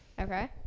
Okay